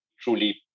truly